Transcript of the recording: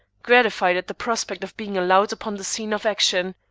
gratified at the prospect of being allowed upon the scene of action.